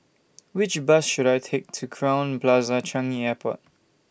Which Bus should I Take to Crowne Plaza Changi Airport